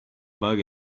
bug